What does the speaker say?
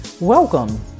Welcome